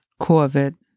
COVID